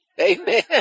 Amen